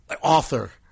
author